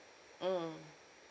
mm